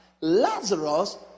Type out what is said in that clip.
Lazarus